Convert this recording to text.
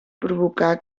provocar